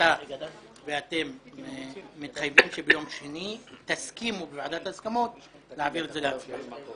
אתם מתחייבים שביום שני תסכימו בוועדת ההסכמות להעביר את זה להצבעה?